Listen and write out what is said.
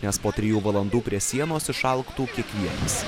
nes po trijų valandų prie sienos išalktų kiekvienas